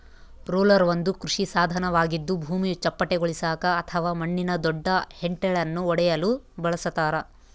roller ಒಂದು ಕೃಷಿ ಸಾಧನವಾಗಿದ್ದು ಭೂಮಿ ಚಪ್ಪಟೆಗೊಳಿಸಾಕ ಅಥವಾ ಮಣ್ಣಿನ ದೊಡ್ಡ ಹೆಂಟೆಳನ್ನು ಒಡೆಯಲು ಬಳಸತಾರ